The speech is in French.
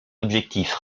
objectif